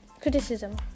criticism